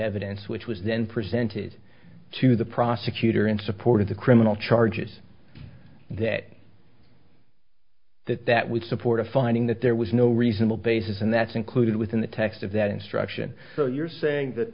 evidence which was then presented to the prosecutor in support of the criminal charges that that that would support a finding that there was no reasonable basis and that's included within the text of that instruction so you're saying